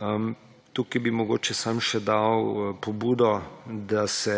bolje. Mogoče bi samo še dal pobudo, da se